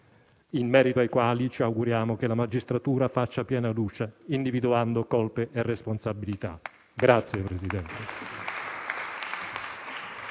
in merito ai quali ci auguriamo che la magistratura faccia piena luce, individuando colpe e responsabilità.